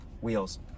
Wheels